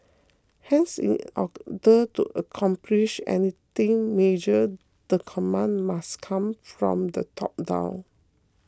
hence in order to accomplish anything major the command must come from the top down